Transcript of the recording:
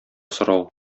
сорау